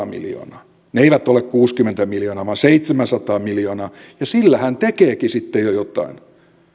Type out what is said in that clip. miljoonaa ne eivät ole kuusikymmentä miljoonaa vaan seitsemänsataa miljoonaa ja sillähän tekeekin sitten jo jotain